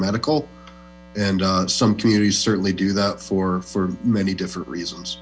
medical and some communities certainly do that for for many different reasons